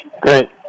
great